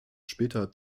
später